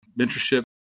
mentorship